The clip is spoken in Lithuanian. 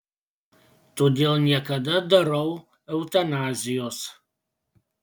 todėl niekada darau eutanazijos